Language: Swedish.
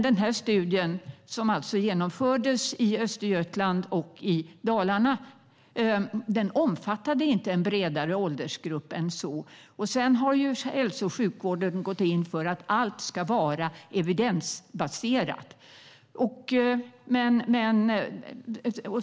Denna studie, som genomfördes i Östergötland och Dalarna, omfattade inte en bredare åldersgrupp än så. Hälso och sjukvården har gått in för att allt ska vara evidensbaserat.